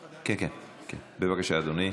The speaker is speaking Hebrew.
אדוני.